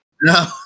No